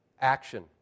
action